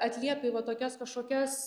atliepi į va tokias kažkokias